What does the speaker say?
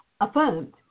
affirmed